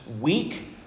weak